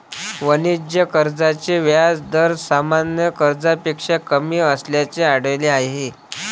वाणिज्य कर्जाचे व्याज दर सामान्य कर्जापेक्षा कमी असल्याचे आढळले आहे